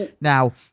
Now